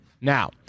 Now